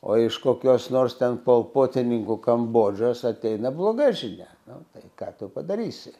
o iš kokios nors ten po potininkų kambodžijos ateina bloga žinia na tai ką tu padarysi